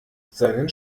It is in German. seinen